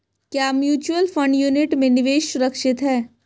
क्या mutual fund unit में निवेश सुरक्षित है?